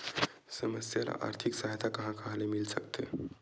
समस्या ल आर्थिक सहायता कहां कहा ले मिल सकथे?